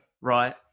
right